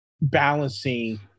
balancing